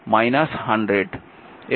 সুতরাং এটি হবে 100